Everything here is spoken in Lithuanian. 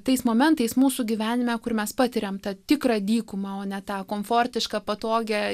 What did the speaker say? tais momentais mūsų gyvenime kur mes patiriam tą tikrą dykumą o ne tą komfortišką patogią